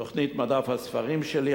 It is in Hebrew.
תוכנית "מדף הספרים שלי",